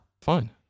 Fine